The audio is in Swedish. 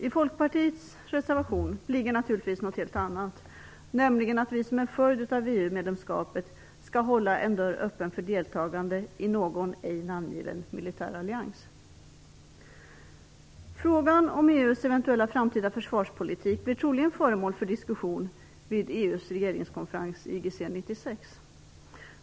I Folkpartiets reservation ligger naturligtvis något helt annat, nämligen att vi som en följd av EU medlemskapet skall hålla en dörr öppen för deltagande i någon ej namngiven militär allians. Frågan om EU:s eventuella framtida försvarspolitik blir troligen föremål för diskussion vid EU:s regeringskonferens, IGC 96.